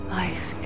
life